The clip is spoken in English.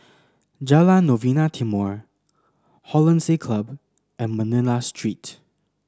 Jalan Novena Timor Hollandse Club and Manila Street